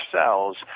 cells